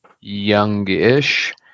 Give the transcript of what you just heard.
youngish